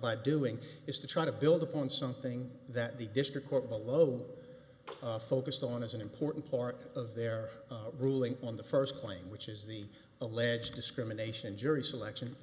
by doing is to try to build upon something that the district court below focused on as an important part of their ruling on the first plane which is the alleged discrimination jury selection